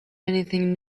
anything